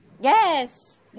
Yes